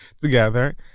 together